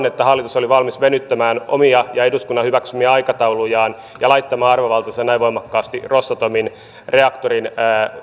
että hallitus oli valmis venyttämään omia ja eduskunnan hyväksymiä aikataulujaan ja laittamaan arvovaltansa näin voimakkaasti rosatomin reaktorin